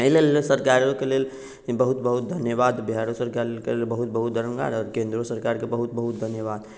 एहि लेल सरकारो लेल ई बहुत बहुत धन्यवाद बिहारो सरकारके बहुत बहुत धन्यवाद आ केन्द्रो सरकारके बहुत बहुत धन्यवाद